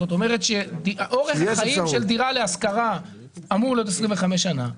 זאת אומרת שאורך החיים של דירה להשכרה אמור להיות 25 שנים,